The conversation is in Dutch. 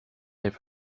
heeft